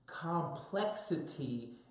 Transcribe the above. Complexity